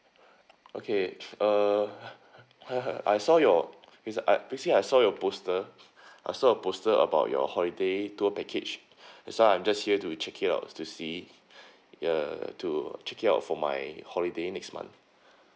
okay err I saw your it's I basically I saw your poster I saw a poster about your holiday tour package that's why I'm just here to check it out to see uh to check it out for my holiday next month